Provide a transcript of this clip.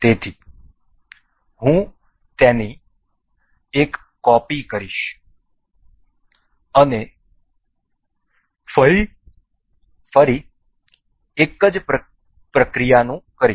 તેથી હું તેની એક કોપી કરીશ અને ફરી એક જ પ્રક્રિયાનું કરીશ